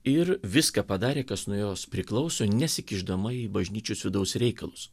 ir viską padarė kas nuo jos priklauso nesikišdama į bažnyčios vidaus reikalus